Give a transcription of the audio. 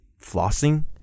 flossing